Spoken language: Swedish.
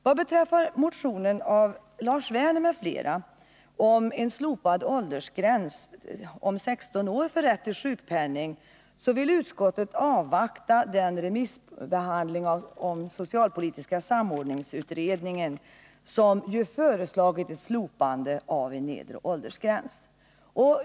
Vad beträffar motionen av Lars Werner m.fl. om slopande av åldersgränsen 16 år för rätt till sjukpenning vill utskottet avvakta remissbehandlingen av socialpolitiska samordningsutredningens betänkande, i vilket föreslås att den nedre åldersgränsen slopas.